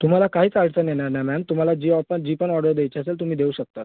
तुम्हाला काहीच अडचण येणार नाही मॅम तुम्हाला जी ऑ जी पण ऑर्डर द्यायची असेल तुम्ही देऊ शकता